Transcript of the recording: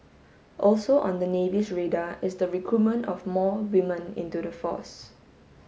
also on the navy's radar is the recruitment of more women into the force